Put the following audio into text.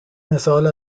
مثال